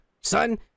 Son